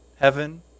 heaven